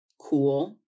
cool